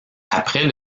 après